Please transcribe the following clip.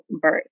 birth